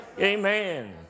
Amen